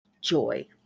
joy